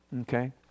okay